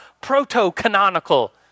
proto-canonical